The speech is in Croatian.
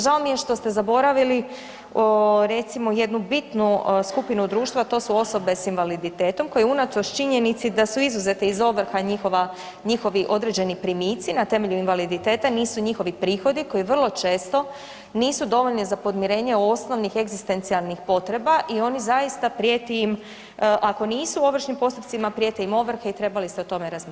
Žao mi je što ste zaboravili recimo jednu bitnu skupinu društva, a to su osobe s invaliditetom koje unatoč činjenici da su izuzete iz ovrha njihova, njihovi određeni primici na temelju invaliditeta nisu njihovi prihodi koji vrlo često nisu dovoljni za podmirenje osnovnih egzistencijalnih potreba i oni zaista prijeti im, ako nisu u ovršnim postupcima, prijete im ovrhe i trebali ste o tome razmišljati.